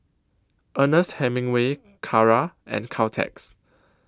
Ernest Hemingway Kara and Caltex